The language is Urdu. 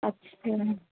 اچھا